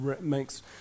makes